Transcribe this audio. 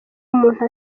umuntu